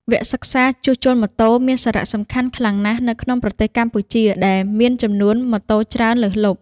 វគ្គសិក្សាជួសជុលម៉ូតូមានសារៈសំខាន់ខ្លាំងណាស់នៅក្នុងប្រទេសកម្ពុជាដែលមានចំនួនម៉ូតូច្រើនលើសលប់។